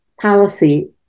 policy